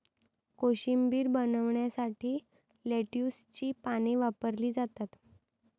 कोशिंबीर बनवण्यासाठी लेट्युसची पाने वापरली जातात